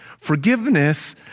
forgiveness